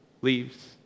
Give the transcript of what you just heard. leaves